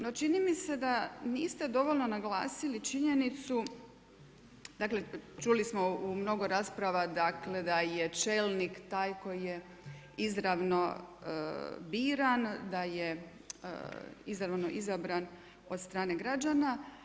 No, čini mi se da niste dovoljno naglasili činjenicu, dakle čuli smo u mnogo rasprava dakle da je čelnik taj koji je izravno biran, da je izravno izabran od strane građana.